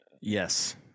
yes